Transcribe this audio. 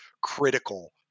critical